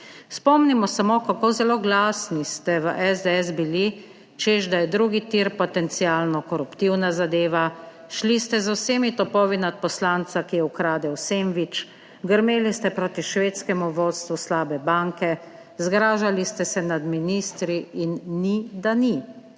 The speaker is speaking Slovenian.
Spomnimo samo, kako zelo glasni ste v SDS bili, češ, da je drugi tir potencialno koruptivna zadeva. Šli ste z vsemi topovi nad poslanca, ki je ukradel sendvič, grmeli ste proti švedskemu vodstvu slabe banke, zgražali ste se nad ministri in ni da ni.